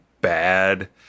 bad